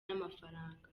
y’amafaranga